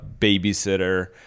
babysitter